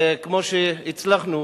וכמו שהצלחנו